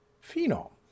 Phenol